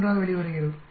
481 ஆக வெளிவருகிறது